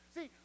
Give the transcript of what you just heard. See